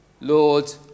Lord